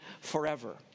forever